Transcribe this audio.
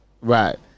Right